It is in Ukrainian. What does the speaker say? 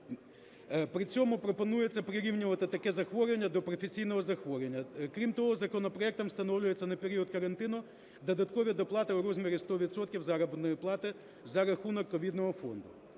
При цьому пропонується прирівнювати таке захворювання до професійного захворювання. Крім того, законопроектом встановлюються на період карантину додаткові доплати у розмірі 100 відсотків заробітної плати за рахунок ковідного фонду.